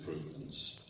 improvements